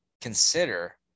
consider